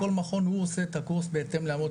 כל מכון הוא עושה את הקורס בהתאם לאמות